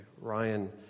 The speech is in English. Ryan